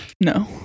No